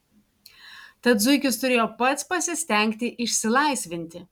tad zuikis turėjo pats pasistengti išsilaisvinti